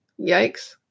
yikes